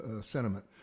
sentiment